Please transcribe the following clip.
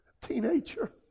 teenager